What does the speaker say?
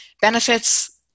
benefits